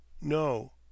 No